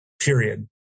period